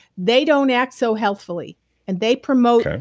they don't act so helpfully and they promote.